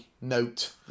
note